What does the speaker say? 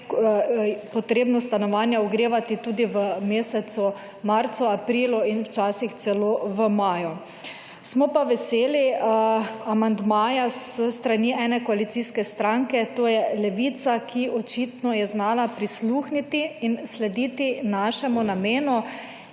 potrebno stanovanja ogrevati tudi v mesecu marcu, aprilu in včasih celo v maju. Smo pa veseli amandmaja s strani ene koalicijske stranke, to je Levica, ki očitno je znala prisluhniti in slediti našemu namenu